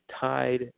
tied